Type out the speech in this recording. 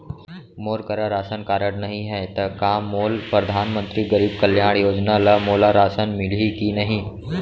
मोर करा राशन कारड नहीं है त का मोल परधानमंतरी गरीब कल्याण योजना ल मोला राशन मिलही कि नहीं?